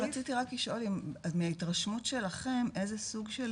רציתי רק לשאול, מההתרשמות שלכם איזה סוג של